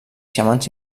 xamans